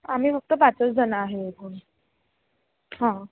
आम्ही फक्त पाचचं जणं आहे इकडून हां